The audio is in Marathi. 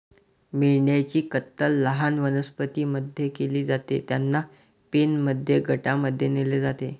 मेंढ्यांची कत्तल लहान वनस्पतीं मध्ये केली जाते, त्यांना पेनमध्ये गटांमध्ये नेले जाते